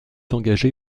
engagé